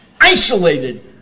isolated